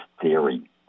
Theory